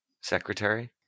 secretary